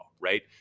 right